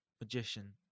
magician